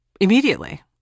immediately